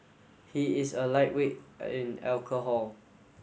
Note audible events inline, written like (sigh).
he is a lightweight (hesitation) in alcohol